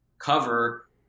cover